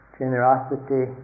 generosity